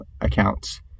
accounts